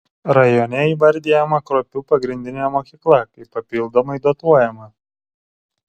rajone įvardijama kruopių pagrindinė mokykla kaip papildomai dotuojama